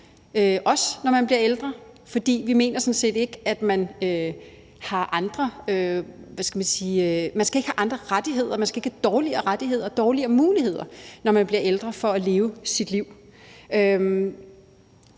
også når man bliver ældre, for vi mener sådan set ikke, at man skal have andre rettigheder, man skal ikke have dårligere rettigheder og dårligere muligheder for at leve sit liv,